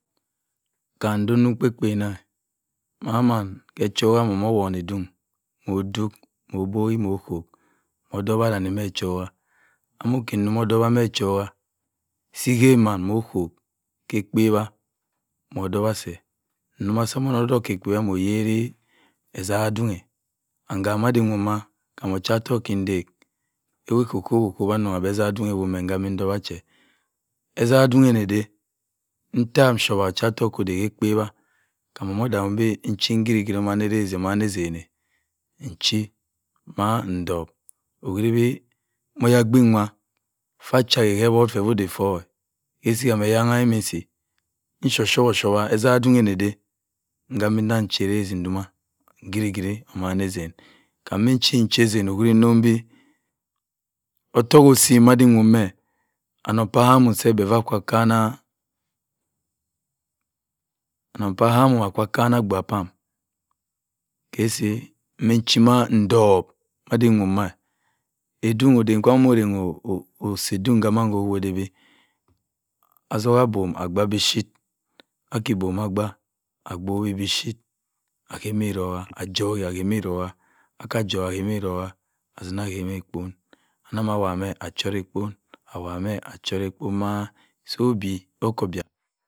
Kam-nde okpo-kpena. mma man nwo wona as dun mo oduk mo dowa danne mah echo-ka. amok ke-ndo dowa-ma-wechoka se rekima mmo chop. ke-ekpe-wa modowa-se. ndo-chi modop ke-ekpe-wa moyere esangha wedun. and kam yo kin de woma. kamgi okwa ottok ginde esangha edun nne-ede mtawa shawa iocha-ottok ku- ode ke ekpe-wa kam odagh 'm beh nchi mah ndop okwuribi ma-oyabin wa. fa achi ake-ke ewob fefur ode-fuh. ke-osi kam eyanha kin den-nsi nchawa-oh-chawa. edan kwu nne-ede nta- mina nche erese ndoma. ngri-gri omma eten. Kam nchi-nchi eten okwiri nsonbi. ottok osim makwu women anongh pam beh boh mma-kwu-kana agbuagh pam. ke-osi mi-nchi-ma-ndup ade-nwu-mna. osi-kwumina mosanghe osi-ekwun samina-ode beh. atogha ibon agbah. agbowe beh chip ake mmi itoka atene ake ma ebong. anima wana achare-ebin-awameh achare-ebin mah sao-bi